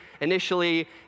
initially